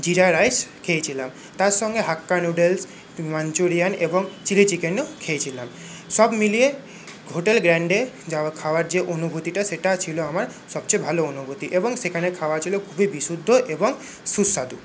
জিরা রাইস খেয়েছিলাম তার সঙ্গে হাক্কা নুডেলস মাঞ্চুরিয়ান এবং চিলি চিকেনও খেয়েছিলাম সব মিলিয়ে হোটেল গ্র্যান্ডে যাওয়া খাওয়ার যে অনুভূতিটা সেটা ছিল আমার সবচেয়ে ভালো অনুভূতি এবং সেখানে খাওয়া ছিল খুবই বিশুদ্ধ এবং সুস্বাদু